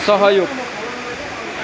सहयोग